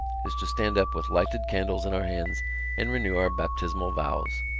is to stand up with lighted candles in our hands and renew our baptismal vows.